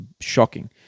shocking